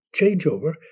changeover